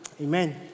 Amen